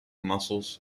muscles